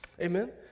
Amen